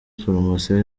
poromosiyo